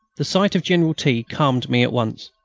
the sight of general t. calmed me at once.